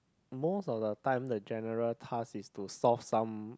most of the time the general task is to source some